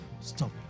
Stop